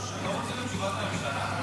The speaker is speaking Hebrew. אתם לא רוצים את תשובת הממשלה?